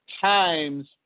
times